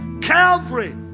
Calvary